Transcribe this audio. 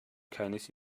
keines